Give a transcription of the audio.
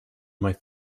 might